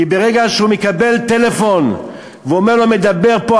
כי ברגע שהוא מקבל טלפון ואומרים לו: מדבר פה,